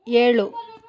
ಏಳು